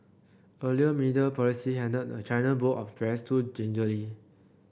earlier media policy handled the China bowl of the press too gingerly